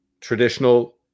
traditional